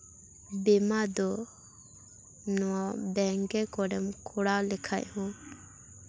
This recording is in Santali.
ᱵᱤᱢᱟ ᱫᱚ ᱱᱚᱣᱟ ᱵᱮᱝᱠᱮ ᱠᱚᱨᱮᱢ ᱠᱚᱨᱟᱣ ᱞᱮᱠᱷᱟᱡ ᱦᱚᱸ